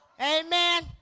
Amen